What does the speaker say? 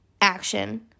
action